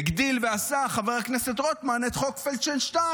היום הגדיל ועשה חבר הכנסת רוטמן את חוק פלדשטיין